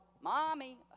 Mommy